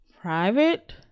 Private